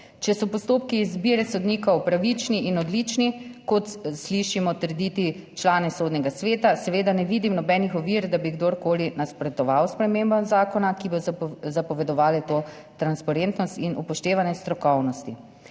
Če so postopki izbire sodnikov pravični in odlični, kot slišimo trditi člane Sodnega sveta, seveda ne vidim nobenih ovir, da bi kdorkoli nasprotoval spremembam zakona, ki bodo zapovedovale transparentnost in upoštevanje strokovnosti.